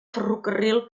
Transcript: ferrocarril